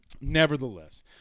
Nevertheless